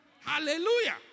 Hallelujah